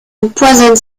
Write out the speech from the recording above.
empoisonne